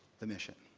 the mission.